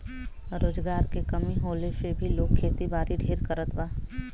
रोजगार के कमी होले से भी लोग खेतीबारी ढेर करत बा